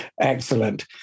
Excellent